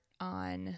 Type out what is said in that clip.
on